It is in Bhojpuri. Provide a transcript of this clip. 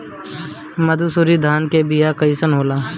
मनसुरी धान के बिया कईसन होला?